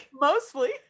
mostly